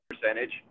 percentage